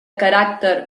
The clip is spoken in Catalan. caràcter